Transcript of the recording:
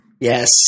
Yes